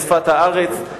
כשפת הארץ,